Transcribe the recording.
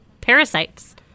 parasites